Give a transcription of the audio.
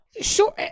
Sure